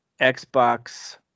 Xbox